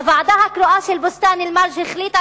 הוועדה הקרואה של בוסתאן-אלמרג' החליטה